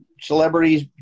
celebrities